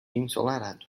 ensolarado